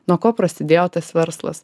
nuo ko prasidėjo tas verslas